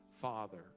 father